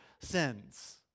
sins